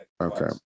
Okay